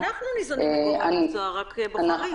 גם אנחנו ניזונים מגורמי המקצוע, רק בוחרים.